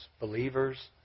believers